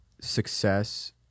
success